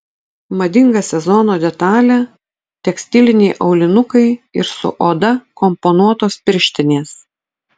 madinga sezono detalė tekstiliniai aulinukai ir su oda komponuotos pirštinės